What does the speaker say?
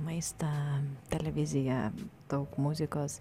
maistą televiziją daug muzikos